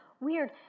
weird